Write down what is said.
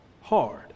hard